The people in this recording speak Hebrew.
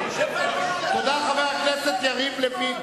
תודה לחבר הכנסת יריב לוין.